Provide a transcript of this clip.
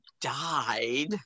died